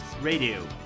Radio